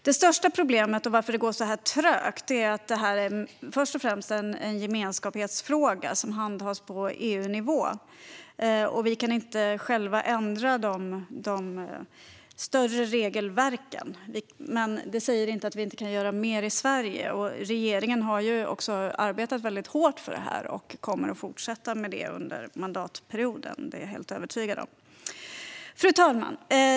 Det största problemet och skälet till att det går så trögt är att det först och främst är en gemenskapsfråga som handhas på EU-nivå. Vi kan inte själva ändra de större regelverken. Men det säger inte att vi inte kan göra mer i Sverige. Regeringen har arbetat väldigt hårt för det här och kommer att fortsätta med det under mandatperioden. Det är jag helt övertygad om. Fru talman!